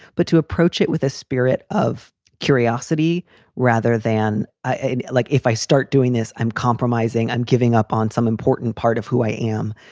but to approach it with a spirit of curiosity rather than like, if i start doing this, i'm compromising. i'm giving up on some important part of who i am.